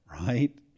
right